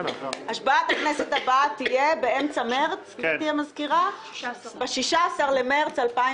השבעת הכנסת הבאה תהיה ב-16 במרץ 2020,